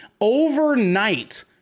overnight